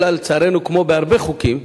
אלא שלצערנו, כמו בהרבה חוקים,